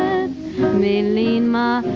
me lean my,